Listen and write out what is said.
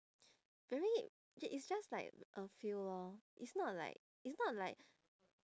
very it is just like a feel lor it's not like it's not like